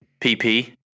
PP